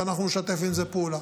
ואנחנו נשתף בזה פעולה.